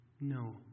no